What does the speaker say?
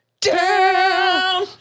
down